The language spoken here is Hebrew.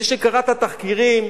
מי שקרא את התחקירים,